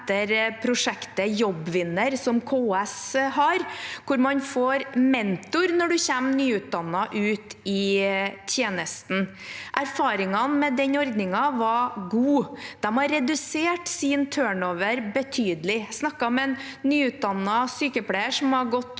etter prosjektet Jobbvinner, som KS har, hvor man får en mentor når en kommer nyutdannet ut i tjeneste. Erfaringene med den ordningen var gode. De har redusert sin turnover betydelig. Jeg snakket med en nyutdannet sykepleier som har gått